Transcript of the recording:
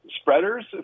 spreaders